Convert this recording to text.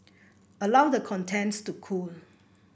allow the contents to cool